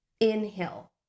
Inhale